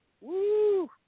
Woo